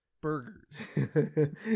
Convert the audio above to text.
Burgers